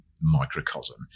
microcosm